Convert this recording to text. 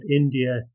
India